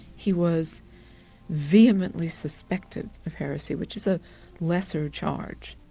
he was vehemently suspected of heresy, which is a lesser charge.